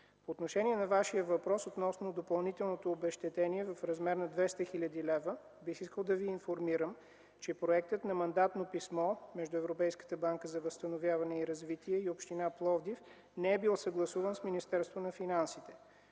По отношение на Вашия въпрос, относно допълнителното обезщетение в размер на 200 хил. лв., бих искал да Ви информирам, че проектът на Мандатно писмо между Европейската банка за възстановяване и развитие и община Пловдив не е бил съгласуван с Министерството на финансите.